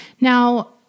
Now